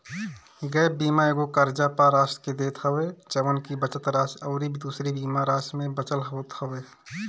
gap बीमा एगो कर्जा पअ राशि के देत हवे जवन की बचल राशि अउरी दूसरी बीमा राशि में बचल होत हवे